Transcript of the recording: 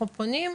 אנחנו פונים,